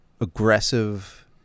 aggressive